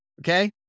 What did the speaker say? Okay